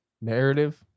Narrative